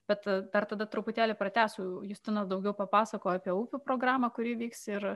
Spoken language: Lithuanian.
bet dar tada truputėlį pratęstų justinas daugiau papasakojo apie upių programą kuri vyks ir